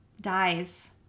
dies